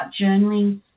journaling